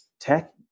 tech